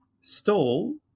stole